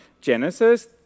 Genesis